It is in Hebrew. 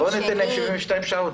עידן, בוא ניתן להם 72 שעות.